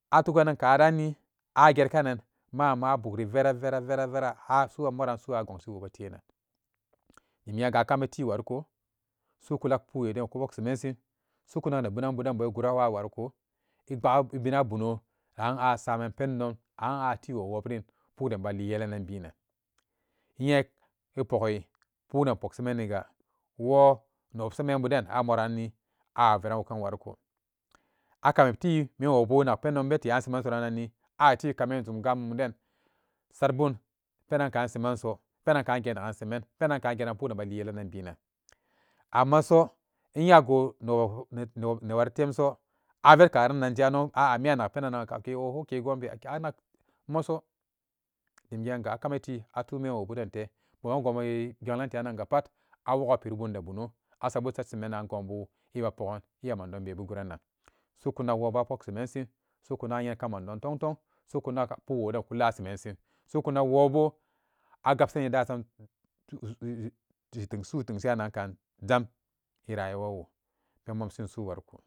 A tuganan karanni a gerkanan ma'ama a bugri vera vera vera vera har moran su'u a gongshiwo tenan dim genga a kami ti wariko su kunak puk woden ku pok semensin sukunak ne binan buden bo ɛ gura wa wanko ɛ bu ɛ bina bono an a saman pendon an a tiwo wobrin pukden malii yelanan binan inye ɛ pokhi pukden pokh semeniga wo newobsa membuden a moranni a veran wuken wariko, a kamiti menwobu inakh pendon bete an semen so rannanni a ti kamin zum gammumden satbun penan kan semen so penan kan gen nakhan semen penankhan gen managan pukden belin yelanan binar ammaso inye agu ne, newari temso a ve karannanje ano a'a miyannak penan nakan ke oho ke gonbe anak ri moso dim genga a kamiti a tun menwobudente buman gonbu obenglan gte ranga pat a wot a piri bun deri bono a sabusa semenan gonbu eya pogun iya mandon bebu guranan su'u kunak woo bo apok semensin su'u kuna a yenkan mandon tongtong su'u kunak púk woden kula semensin su'u kunan wooba a gabsani da'a sam zu-zu-zu su'u tengshiran jam ɛ rayuwa wo pen momshin su'u wariko